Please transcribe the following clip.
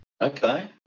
Okay